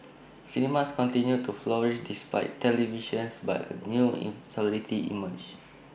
cinemas continued to flourish despite televisions but A new insularity emerged